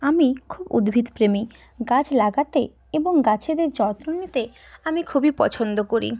আমি খুব উদ্ভিদপ্রেমী গাছ লাগাতে এবং গাছেদের যত্ন নিতে আমি খুবই পছন্দ করি